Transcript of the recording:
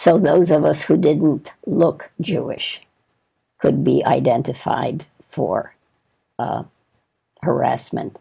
so those of us who didn't look jewish could be identified for harassment